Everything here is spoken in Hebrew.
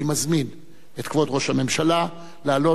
אני מזמין את כבוד ראש הממשלה לעלות